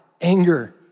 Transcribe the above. anger